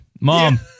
mom